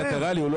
ואני